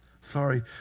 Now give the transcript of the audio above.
Sorry